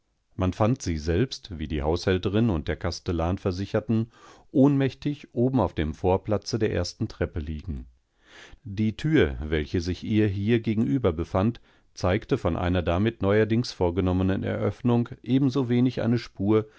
man der aussage der magd trauen durfte die schlüssel auf denfußbodenderhallefallenlassen manfandsieselbst wiediehaushälterinundder kastellan versicherten ohnmächtig oben auf dem vorplatze der ersten treppe liegen die tür welche sich ihr hier gegenüber befand zeigte von einer damit neuerdings vorgenommenen eröffnung ebenso wenig eine spur